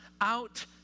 out